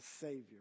Savior